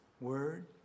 word